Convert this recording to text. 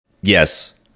Yes